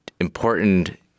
important